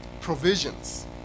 provisions